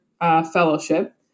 fellowship